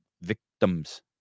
victims